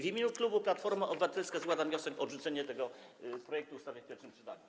W imieniu klubu Platforma Obywatelska składam wniosek o odrzucenie tego projektu ustawy w pierwszym czytaniu.